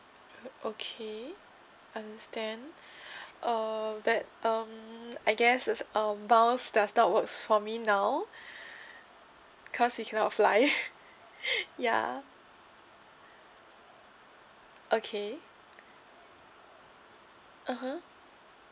oh okay understand err but um I guess it's um miles does not works for me now because you cannot fly ya okay (uh huh)